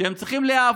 והם צריכים להיאבק,